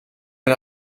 met